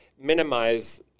minimize